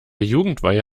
jugendweihe